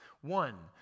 One